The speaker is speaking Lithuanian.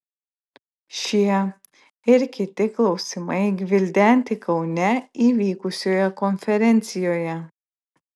šie ir kiti klausimai gvildenti kaune įvykusioje konferencijoje